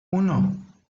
uno